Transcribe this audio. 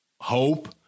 hope